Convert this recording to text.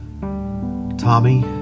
Tommy